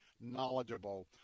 knowledgeable